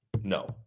No